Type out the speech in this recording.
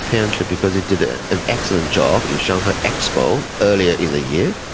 apparently because they did ah an excellent job in shanghai expo earlier in the year.